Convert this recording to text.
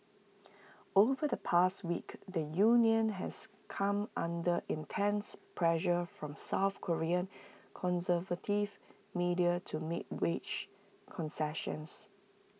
over the past week the union has come under intense pressure from south Korean conservative media to make wage concessions